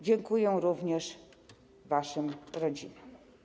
Dziękuję również waszym rodzinom.